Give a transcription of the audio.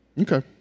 okay